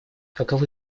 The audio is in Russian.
каковы